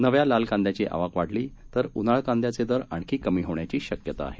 नव्या लाल कांद्याची आवक वाढली तर उन्हाळ कांद्याचे दर आणखी कमी होण्याची शक्यता आहे